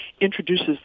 introduces